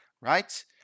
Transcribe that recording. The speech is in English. right